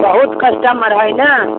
बहुत कस्टमर हय ने